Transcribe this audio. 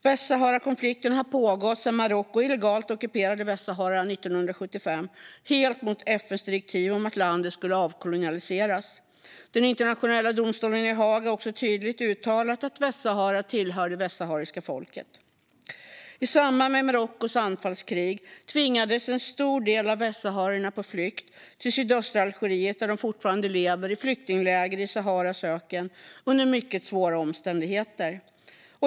Västsaharakonflikten har pågått sedan Marocko illegalt ockuperade Västsahara 1975, helt mot FN:s direktiv om att landet skulle avkolonialiseras. Den internationella domstolen i Haag har också tydligt uttalat att Västsahara tillhör det västsahariska folket. I samband med Marockos anfallskrig tvingades en stor del av västsaharierna på flykt till sydöstra Algeriet, där de fortfarande lever i flyktingläger i Saharas öken under mycket svåra omständigheter.